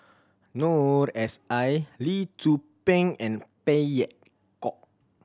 Noor S I Lee Tzu Pheng and Phey Yew Kok